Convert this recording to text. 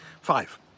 Five